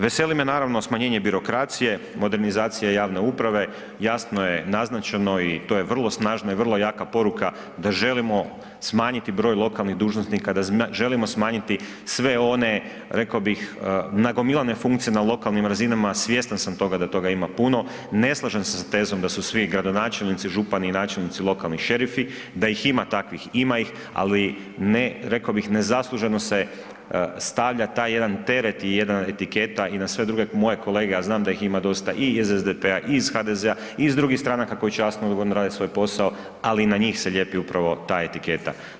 Veseli me naravno smanjenje birokracije, modernizacija javne uprave, jasno je naznačeno i to je vrlo snažna i vrlo jaka poruka da želimo smanjiti broj lokalnih dužnosnika, da želimo smanjiti sve one, reko bih, nagomilane funkcije na lokalnim razinama, svjestan sam toga da toga ima puno, ne slažem se s tezom da su svi gradonačelnici, župani i načelnici, lokalni šerifi, da ih ima takvih ima ih, ali ne, reko bih, nezasluženo se stavlja taj jedan teret i jedna etiketa i na sve druge moje kolege, a znam da ih ima dosta i iz SDP-a i iz HDZ-a i iz drugih stranaka koji časno i odgovorno rade svoj posao, ali i na njih se lijepi upravo ta etiketa.